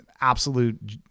absolute